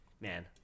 Man